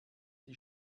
die